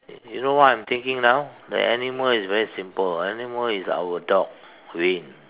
y~ you know what I'm thinking now the animal is very simple animal is our dog Wayne